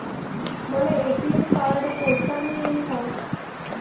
मला ATM card पोस्टाने येईल का?